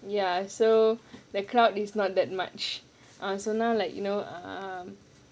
ya so the crowd is not that much uh so now like you know uh